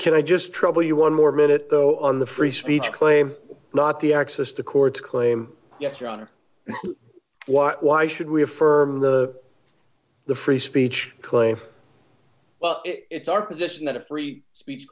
can i just trouble you one more minute though on the free speech claim not the access to courts claim yes your honor what why should we affirm the the free speech claim well it's our position that a free speech